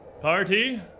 Party